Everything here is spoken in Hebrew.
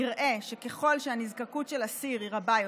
נראה שככל שהנזקקות של אסיר היא רבה יותר,